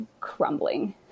crumbling